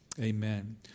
Amen